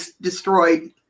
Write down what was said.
destroyed